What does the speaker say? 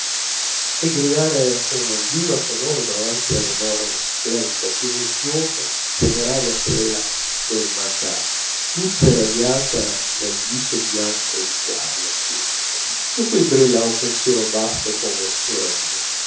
e gridare un viva sonoro davanti all'enorme splendida tumultuosa temeraria tela del makart tutta irradiata dal viso bianco di carlo v su cui brilla un pensiero vasto come il suo regno